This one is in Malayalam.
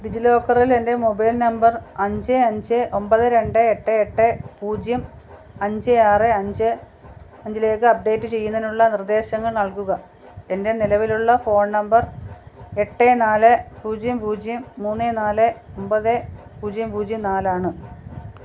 ഡിജി ലോക്കറിൽ എൻ്റെ മൊബൈൽ നമ്പർ അഞ്ച് അഞ്ച് ഒമ്പത് രണ്ട് എട്ട് എട്ട് പൂജ്യം അഞ്ച് ആറ് അഞ്ച് അഞ്ചിലേക്ക് അപ്ഡേറ്റ് ചെയ്യുന്നതിനുള്ള നിർദ്ദേശങ്ങൾ നൽകുക എൻ്റെ നിലവിലുള്ള ഫോൺ നമ്പർ എട്ട് നാല് പൂജ്യം പൂജ്യം മൂന്ന് നാല് ഒമ്പത് പൂജ്യം പൂജ്യം നാലാണ്